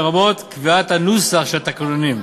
לרבות קביעת הנוסח של התקנונים.